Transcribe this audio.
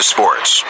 Sports